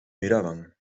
miraban